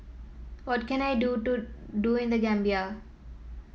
what can I do to do in The Gambia